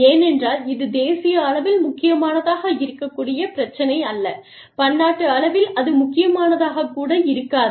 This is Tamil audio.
ஏனென்றால் இது தேசிய அளவில் முக்கியமானதாக இருக்கக்கூடிய பிரச்சினை அல்ல பன்னாட்டு அளவில் அது முக்கியமானதாகக் கூட இருக்காது